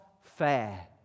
fair